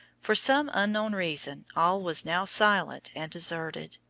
for some unknown reason all was now silent and deserted.